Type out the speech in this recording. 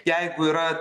jeigu yra